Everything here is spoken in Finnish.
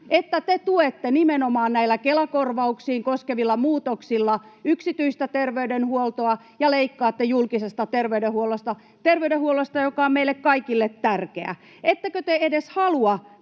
että te tuette nimenomaan näillä Kela-korvauksia koskevilla muutoksilla yksityistä terveydenhuoltoa ja leikkaatte julkisesta terveydenhuollosta, terveydenhuollosta, joka on meille kaikille tärkeä? Ettekö te edes halua